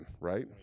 right